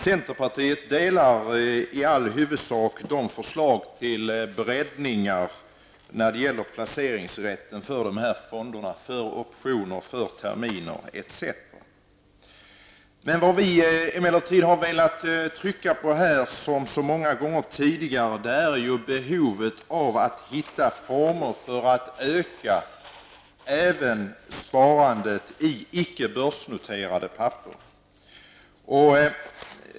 Centerpartiet instämmer i huvudsak i förslagen till breddning när det gäller placeringsrätten för de här fonderna samt optioner, terminer etc. Vad vi har velat trycka på, här som så många gånger tidigare, är behovet av att hitta former för att öka sparandet även i icke börsnoterade papper.